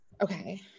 Okay